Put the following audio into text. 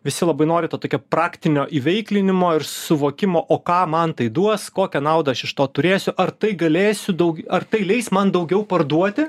visi labai nori tokio praktinio įveiklinimo ir suvokimo o ką man tai duos kokią naudą aš iš to turėsiu ar tai galėsiu daug ar tai leis man daugiau parduoti